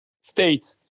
states